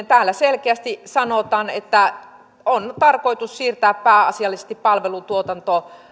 täällä selkeästi sanotaan että on tarkoitus siirtää pääasiallisesti palvelutuotanto